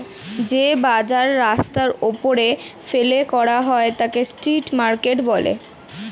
যে বাজার রাস্তার ওপরে ফেলে করা হয় তাকে স্ট্রিট মার্কেট বলে